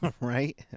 Right